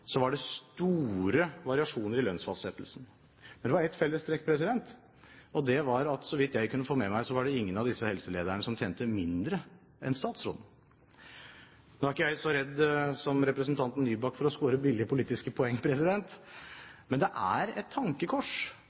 var det store variasjoner i lønnsfastsettelsen. Men det var ett felles trekk, og det var – så vidt jeg kunne få med meg – at det ikke var noen av disse helselederne som tjente mindre enn statsråden. Nå er ikke jeg så redd som representanten Nybakk for å score billige politiske poenger, men det er et tankekors